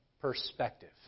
Perspective